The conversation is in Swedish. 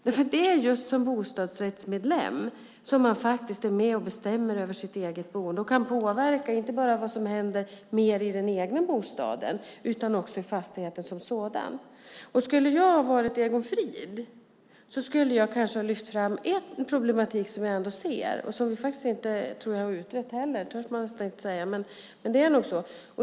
Det är just som bostadsrättsmedlem som man faktiskt är med och bestämmer över sitt eget boende och kan påverka, inte bara vad som händer i den egna bostaden, utan även i fastigheten som sådan. I Egon Frids ställe skulle jag kanske ha lyft fram ett problem som jag ändå ser och som jag inte heller tror är utrett. Det törs man nästan inte säga, men det är nog så.